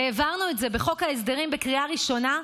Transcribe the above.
והעברנו את זה בחוק ההסדרים בקריאה ראשונה.